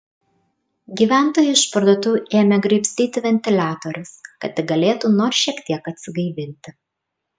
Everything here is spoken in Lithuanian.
gyventojai iš parduotuvių ėmė graibstyti ventiliatorius kad tik galėtų nors šiek tiek atsigaivinti